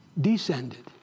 descended